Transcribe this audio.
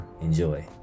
Enjoy